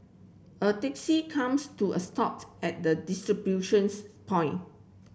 a taxi comes to a stopped at the distribution point